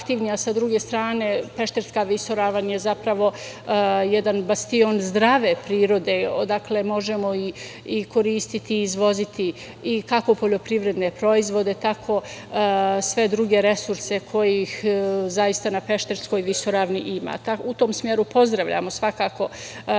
a sa druge strane Pešterska visoravan je zapravo jedan bastion zdrave prirode odakle možemo i koristiti i izvoziti kako poljoprivredne proizvode, tako sve druge resurse kojih zaista na Pešterskoj visoravni ima.U tom smeru, pozdravljamo svakako nastavak gradnje